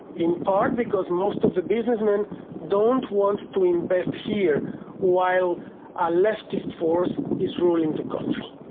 in part because most of the businessmen don't want to invest here while a leftist force is ruling the country.